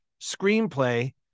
screenplay